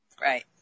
Right